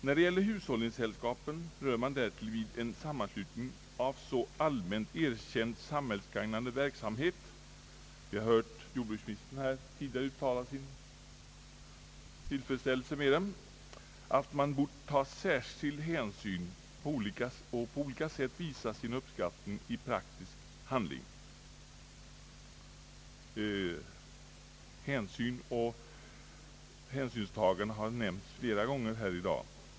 När det gäller hushållningssällskapen rör man därtill vid en sammanslutning med en så allmänt erkänd samhällsgagnande verksamhet — jag har hört jordbruksministern här tidigare uttala sin tillfredsställelse med hushållningssällskapen — att man borde ta särskild hänsyn till detta och på olika sätt visa sin uppskattning i praktisk handling — hänsyn och hänsynstagande har nämnts flera gånger här 1 dag.